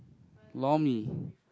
lor mee